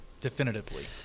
definitively